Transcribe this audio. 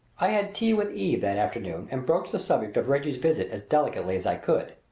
i had tea with eve that afternoon and broached the subject of reggie's visit as delicately as i could.